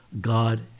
god